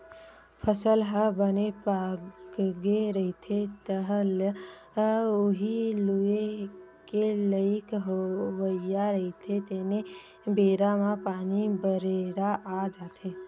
फसल ह बने पाकगे रहिथे, तह ल उही लूए के लइक होवइया रहिथे तेने बेरा म पानी, गरेरा आ जाथे